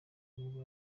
nibwo